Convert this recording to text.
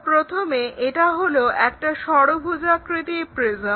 প্রথমে এটা হলো একটা ষড়ভুজাকৃতি প্রিজম